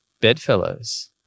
bedfellows